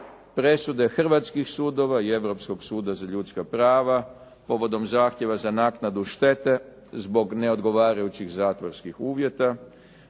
presude hrvatskih sudova i Europskog suda za ljudska prava povodom zahtjeva za naknadu štete zbog neodgovarajućih zatvorskih uvjeta